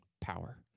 power